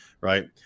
right